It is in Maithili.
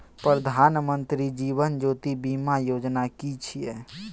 प्रधानमंत्री जीवन ज्योति बीमा योजना कि छिए?